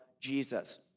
Jesus